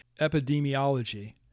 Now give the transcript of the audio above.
epidemiology